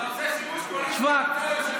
אתה עושה שימוש פוליטי, היושב-ראש,